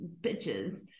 bitches